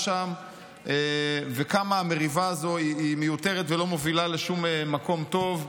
לשם וכמה המריבה הזאת היא מיותרת ולא מובילה לשום מקום טוב.